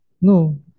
No